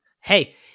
Hey